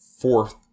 fourth